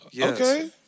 okay